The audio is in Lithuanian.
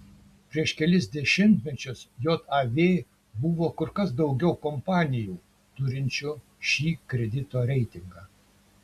prieš kelis dešimtmečius jav buvo kur kas daugiau kompanijų turinčių šį kredito reitingą